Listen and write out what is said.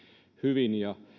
hyvin